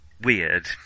weird